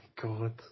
god